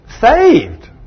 Saved